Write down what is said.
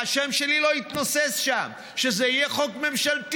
שהשם שלי לא יתנוסס שם, שזה יהיה חוק ממשלתי.